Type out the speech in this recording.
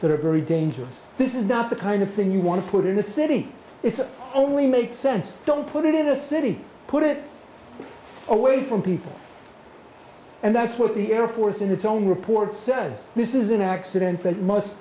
that are very dangerous this is not the kind of thing you want to put in the city it's only makes sense don't put it in a city put it away from people and that's what the air force in its own report says this is an accident that must